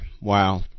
Wow